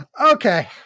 Okay